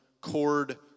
cord